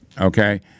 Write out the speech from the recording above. Okay